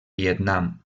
vietnam